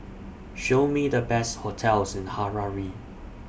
Show Me The Best hotels in Harare